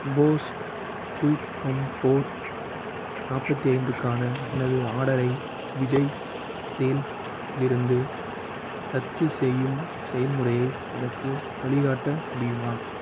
Bose quiet comfort நாற்பத்தி ஐந்துக்கான எனது ஆடரை விஜய் சேல்ஸ் லிருந்து ரத்து செய்யும் செயல்முறையை எனக்கு வழிகாட்ட முடியுமா